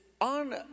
on